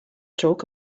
talk